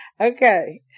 Okay